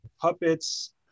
puppets